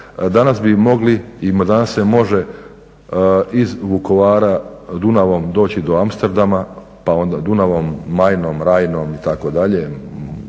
danas bi mogli, danas se može iz Vukovara Dunavom doći do Amsterdama pa onda Dunavom, Majnom, Rajnom, itd.,